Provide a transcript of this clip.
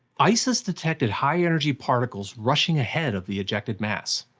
isis detected high-energy particles rushing ahead of the ejected mass.